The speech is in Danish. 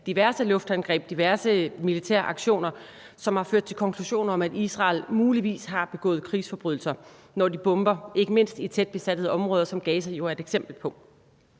diverse luftangreb, diverse militære aktioner, som har ført til konklusioner om, at Israel muligvis har begået krigsforbrydelser, når de bomber, ikke mindst i tætbefolkede områder, som Gaza jo er et eksempel på.